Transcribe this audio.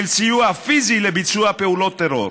של סיוע פיזי לביצוע פעולת טרור.